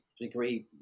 degree